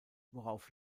worauf